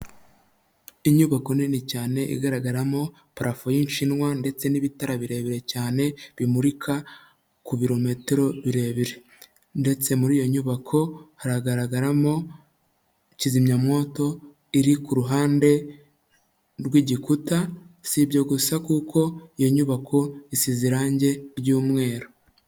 Inyubako nini cyane igaragaramo parafo y'ishinwa ndetse n'ibitara birebire cyane bimurika ku bilometero birebire ndetse muri iyo nyubako haragaragaramo kizimyamwoto iri kuruhande rwigikuta si ibyo gusa kuko iyo nyubako isize irangi ry'umweru.